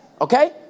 Okay